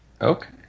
okay